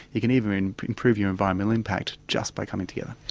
you can even improve your environmental impact just by coming together.